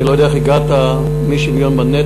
אני לא יודע איך הגעת משוויון בנטל